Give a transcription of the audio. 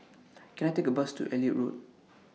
Can I Take A Bus to Elliot Road